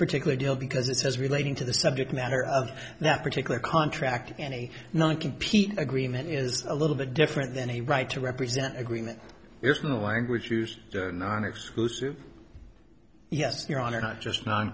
particular deal because it says relating to the subject matter of that particular contract any one compete agreement is a little bit different than a right to represent agreement with the language used non exclusive yes your honor not just